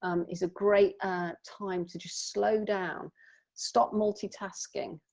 um it's a great time to just slow down stop multitasking,